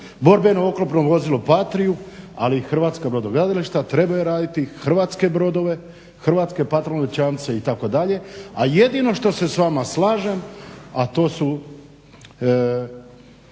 borbeno oklopno vozilo PATRIA-u, ali i hrvatska brodogradilišta trebaju raditi hrvatske brodove, hrvatske patrolne čamce itd., a jedino što se s vama slažem a to su